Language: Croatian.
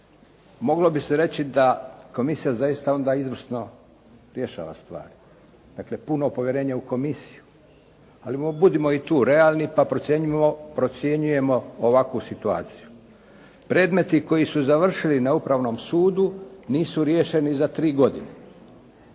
Moglo bi se reći da komisija zaista onda izvrsno rješava stvari. Dakle puno povjerenja u komisiju. Ali budimo i tu realni pa procijenimo, pa procjenjujemo ovakvu situaciju. Predmeti koji su završili na Upravnom sudu nisu riješeni za 3 godine,